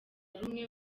rumwe